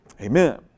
Amen